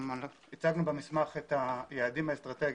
במסמך הצגנו את היעדים האסטרטגיים,